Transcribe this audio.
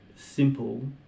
Simple